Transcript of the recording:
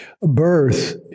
Birth